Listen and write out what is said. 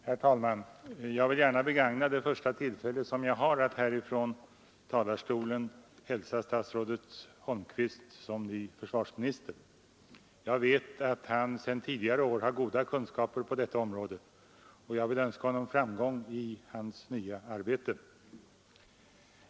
Herr talman! Jag vill gärna begagna det första tillfälle som jag har att här från talarstolen hälsa statsrådet Holmqvist som ny försvarsminister. Jag vet att han sedan tidigare år har goda kunskaper på detta område, och jag vill önska honom framgång i hans nya arbete.